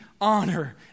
honor